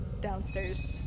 downstairs